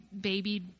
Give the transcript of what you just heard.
baby